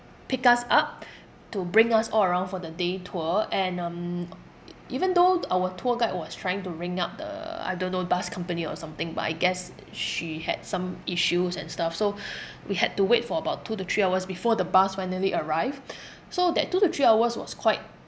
pick us up to bring us all around for the day tour and um even though our tour guide was trying to ring up the I don't know bus company or something but I guess she had some issues and stuff so we had to wait for about two to three hours before the bus finally arrived so that two to three hours was quite